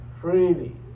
freely